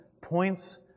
points